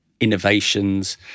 innovations